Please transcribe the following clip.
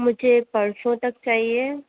مجھے پرسوں تک چاہیے